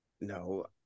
No